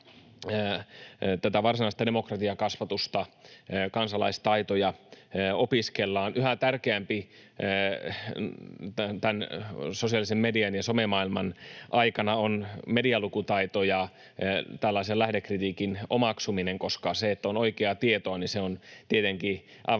tätä varsinaista demokratiakasvatusta, kansalaistaitoja opiskellaan. Yhä tärkeämpi sosiaalisen median ja somemaailman aikana on medialukutaito ja lähdekritiikin omaksuminen, koska se, että on oikeaa tietoa, on tietenkin aivan